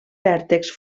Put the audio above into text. vèrtexs